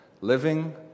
living